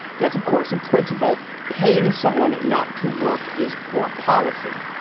yes, of course, in principle, paying someone not to work is poor policy.